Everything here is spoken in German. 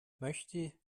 möchte